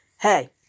Hey